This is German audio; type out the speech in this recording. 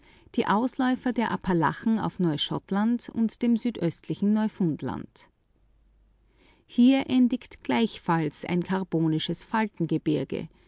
die ausläufer der appalachen auf neuschottland und dem südöstlichen neufundland hier endigt gleichfalls ein